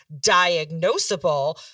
diagnosable